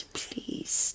please